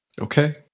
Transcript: Okay